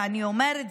ואני אומרת,